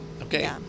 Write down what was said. okay